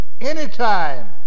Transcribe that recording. Anytime